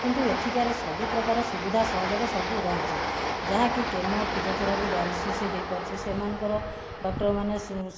କିନ୍ତୁ ଏଠିକାର ସବୁପ୍ରକାର ସୁବିଧା ସହଯୋଗ ସବୁ ରହିଛି ଯାହାକି କେମୋ ଫିଜିଅଥେରାପି ଡାୟାଲିସୀସ ହୋଇପାରୁଛି ସେମାନଙ୍କର ଡକ୍ଟର ମାନେ